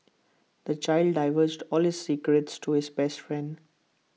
the child divulged all this secrets to his best friend